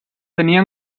tenia